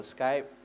Skype